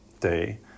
Day